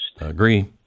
agree